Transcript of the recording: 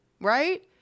right